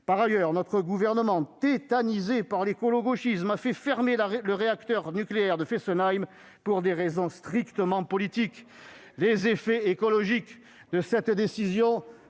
Par ailleurs, notre gouvernement, tétanisé par l'écolo-gauchisme, a fait fermer le réacteur nucléaire de Fessenheim pour des raisons strictement politiques. Les effets écologiques de cette décision